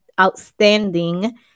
outstanding